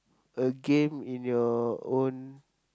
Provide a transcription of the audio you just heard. a game in your own